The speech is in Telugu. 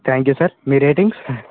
త్యాంక్ యూ సార్ మీ రేటింగ్స్